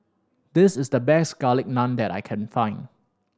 this is the best Garlic Naan that I can find